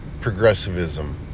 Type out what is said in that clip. progressivism